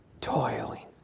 toiling